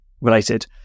related